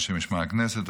אנשי משמר הכנסת,